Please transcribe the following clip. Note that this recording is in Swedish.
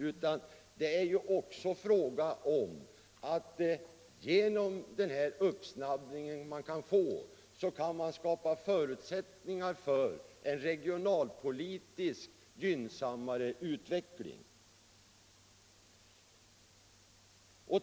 Man kan också genom det påskyndande som kan åstadkommas skapa förutsättningar för en regionalpolitiskt gynnsammare utveckling.